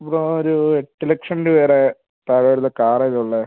നമുക്ക് ആ ഒരു എട്ട് ലക്ഷം രൂപേടെ താഴെ വരുന്ന കാർ ഏതാ ഉള്ളത്